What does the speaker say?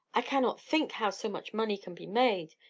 i cannot think how so much money can be made,